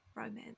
Romance